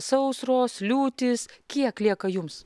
sausros liūtys kiek lieka jums